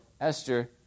Esther